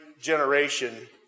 generation